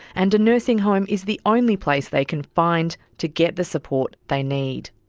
and a nursing home is the only place they can find to get the support they need.